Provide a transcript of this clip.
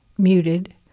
muted